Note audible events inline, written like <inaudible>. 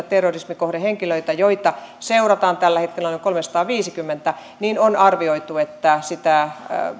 <unintelligible> terrorismikohdehenkilöitä joita seurataan tällä hetkellä noin kolmesataaviisikymmentä on arvioitu että